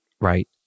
right